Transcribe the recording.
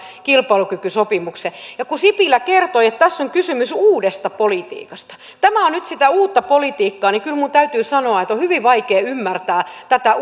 kilpailukykysopimuksen kun sipilä kertoi että tässä on kysymys uudesta politiikasta että tämä on nyt sitä uutta politiikkaa niin kyllä minun täytyy sanoa että on hyvin vaikea ymmärtää tätä